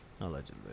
Allegedly